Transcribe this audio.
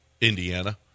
Indiana